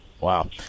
Wow